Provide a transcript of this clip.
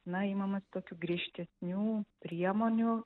na imamasi tokių griežtesnių priemonių